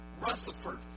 Rutherford